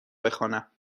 بخوانم